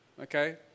Okay